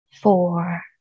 four